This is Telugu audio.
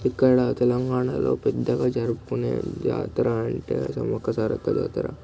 ఇక్కడ తెలంగాణలో పెద్దగా జరుపుకునే వాళ్ళ జాతర అంటే సమ్మక్క సారక్క జాతర